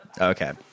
Okay